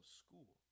school